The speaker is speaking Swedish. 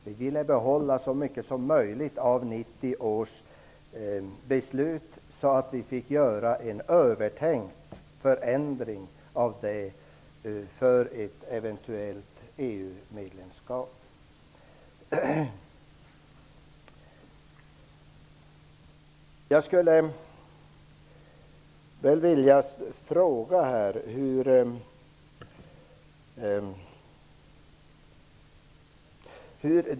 Vi ville behålla så mycket som möjligt av 1990 års beslut för att kunna göra en övertänkt förändring inför ett eventuellt EU-medlemskap.